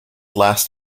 last